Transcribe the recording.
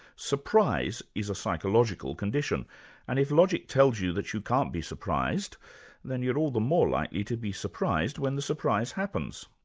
surprise is a psychological condition and if logic tells you that you can't be surprised then you're all the more likely to be surprised when the surprise happens.